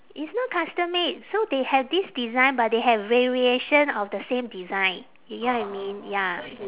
it's not custom made so they have this design but they have variation of the same design you get what I mean ya